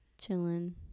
chilling